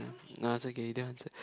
nah it's okay you didn't answer